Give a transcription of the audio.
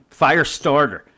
Firestarter